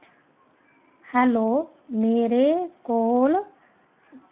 hello मेरे कोल